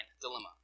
dilemma